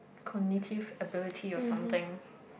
cognitive ability or something